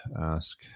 ask